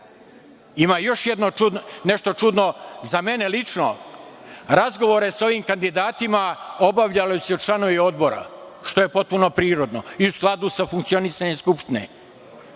još nešto čudno za mene lično. Razgovore sa ovim kandidatima obavljali su članovi Odbora, što je potpuno prirodno i u skladu sa funkcionisanjem Skupštine,